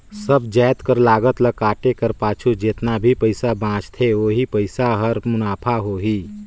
सब जाएत कर लागत ल काटे कर पाछू जेतना भी पइसा बांचथे ओही पइसा हर मुनाफा होही